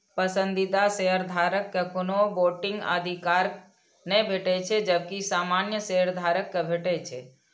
पसंदीदा शेयरधारक कें कोनो वोटिंग अधिकार नै भेटै छै, जबकि सामान्य शेयधारक कें भेटै छै